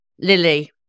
Lily